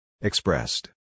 Expressed